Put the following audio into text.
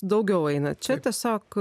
daugiau eina čia tiesiog